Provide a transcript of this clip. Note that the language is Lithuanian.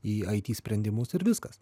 į it sprendimus ir viskas